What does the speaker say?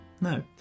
No